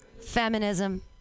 Feminism